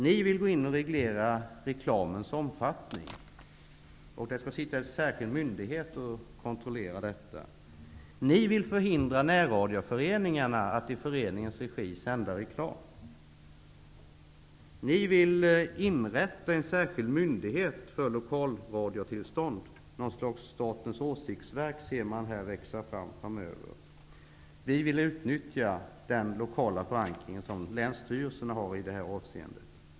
Ni vill ju gå in och reglera reklamens omfattning. Det skall vara en särskild myndighet som kontrollerar detta. Ni vill förhindra närradioföreningarna att i föreningens regi sända reklam. Ni vill inrätta en särskild myndighet för lokalradiotillstånd. Man ser här ett slags statens åsiktsverk växa fram framöver. Vi vill utnyttja den lokala förankring som länsstyrelserna i det här avseendet har.